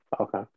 Okay